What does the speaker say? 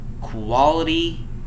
quality